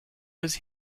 was